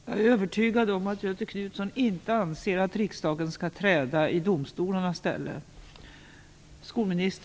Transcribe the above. Jag är övertygad om att Göthe Knutson inte anser att riksdagen skall träda i domstolarnas ställe.